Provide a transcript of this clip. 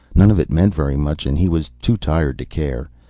none of it meant very much and he was too tired to care.